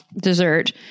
dessert